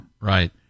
Right